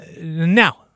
now